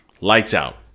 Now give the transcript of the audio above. Lights-out